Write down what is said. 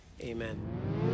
amen